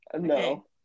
no